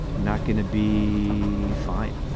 not going to be fine.